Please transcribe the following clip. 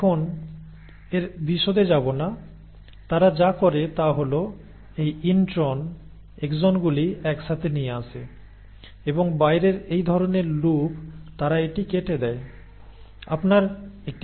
এখন এর বিশদে যাব না তারা যা করে তা হল এই ইন্ট্রন এক্সন গুলি একসাথে নিয়ে আসে এবং বাইরের এই ধরণের লুপ তারা এটি কেটে দেয়